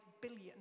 billion